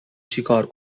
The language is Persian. چیکار